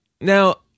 Now